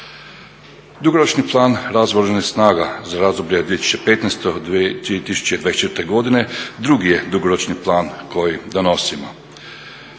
Dugoročni plan razvoja Oružanih snaga za razdoblje od 2015. do 2024. godine drugi je dugoročni plan koji donosimo.